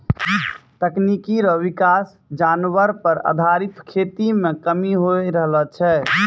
तकनीकी रो विकास जानवर पर आधारित खेती मे कमी होय रहलो छै